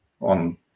on